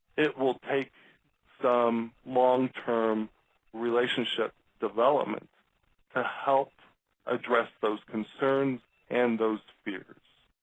it will take some long-term relationship development to help address those concerns and those fears.